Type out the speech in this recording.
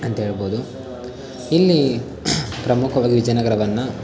ಅಂಥೇಳ್ಬಹುದು ಇಲ್ಲಿ ಪ್ರಮುಖವಾಗಿ ವಿಜಯನಗರವನ್ನು